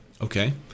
okay